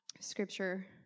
scripture